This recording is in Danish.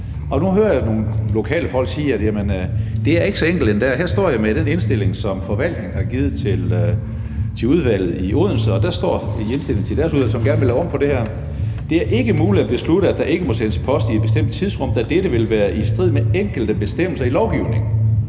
Nu hører jeg nogle lokale folk sige, at det ikke er så enkelt endda. Jeg står her med den indstilling, som forvaltningen har givet til udvalget i Odense, og der står i indstillingen til deres udvalg, som gerne vil lave om på det her: Det er ikke muligt at beslutte, at der ikke må sendes post i et bestemt tidsrum, da dette vil være i strid med enkelte bestemmelser i lovgivningen.